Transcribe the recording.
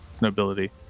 nobility